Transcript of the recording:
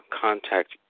contact